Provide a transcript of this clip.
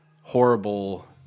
horrible